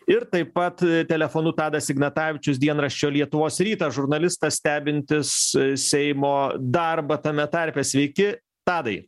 ir taip pat telefonu tadas ignatavičius dienraščio lietuvos rytas žurnalistas stebintis seimo darbą tame tarpe sveiki tadai